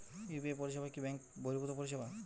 UPI পরিসেবা কি bank বর্হিভুত পরিসেবা?